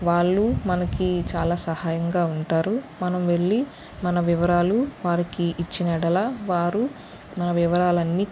వాళ్ళు మనకి చాలా సహాయంగా ఉంటారు మనం వెళ్ళి మన వివరాలు వారికి ఇచ్చిన యడల వారు మన వివరాలన్నీ